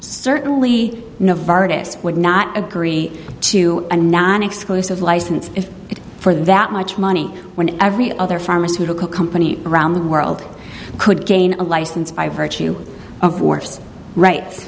certainly novartis would not agree to a non exclusive license if it's for that much money when every other pharmaceutical company around the world could gain a license by virtue of wharfs right